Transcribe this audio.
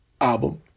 album